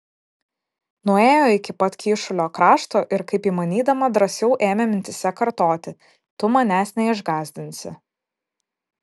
nuėjo iki pat kyšulio krašto ir kaip įmanydama drąsiau ėmė mintyse kartoti tu manęs neišgąsdinsi